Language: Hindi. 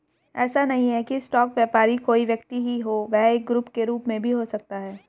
ऐसा नहीं है की स्टॉक व्यापारी कोई व्यक्ति ही हो वह एक ग्रुप के रूप में भी हो सकता है